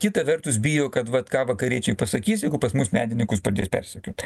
kita vertus bijo kad vat ką vakariečiai pasakysi pas mus menininkus pradės persekiot